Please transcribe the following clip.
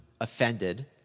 offended